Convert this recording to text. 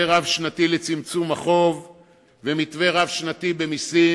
מתווה רב-שנתי לצמצום החוב ומתווה רב-שנתי במסים.